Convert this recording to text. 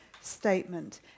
statement